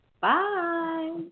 Bye